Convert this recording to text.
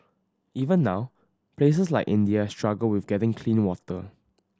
even now places like India struggle with getting clean water